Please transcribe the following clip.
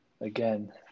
again